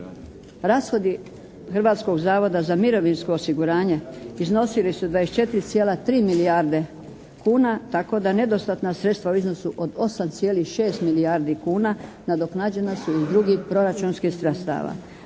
Rashodi Hrvatskog zavoda za mirovinsko osiguranje iznosili su 24,3 milijarde kuna, tako da nedostatna sredstva u iznosu od 8,6 milijardi kuna nadoknađena su iz drugih proračunskih sredstava.